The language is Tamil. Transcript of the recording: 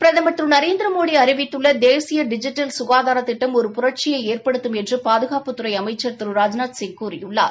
பிரதம் திரு நரேந்திரமோடி அறிவித்துள்ள தேசிய டிஜிட்டல் சுகாதார திட்டம் ஒரு புரட்சியை ஏற்படுத்தும் என்று பாதுகாப்புத்துறை அமைச்சர் திரு ராஜ்நாத்சிங் கூறியுள்ளார்